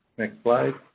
next slide.